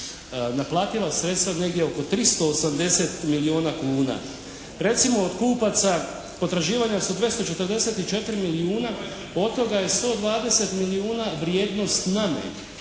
naplativa sredstva negdje oko 380 milijuna kuna. Recimo, od kupaca potraživanja su 244 milijuna, od toga je 120 milijuna vrijednost NA-MA-e.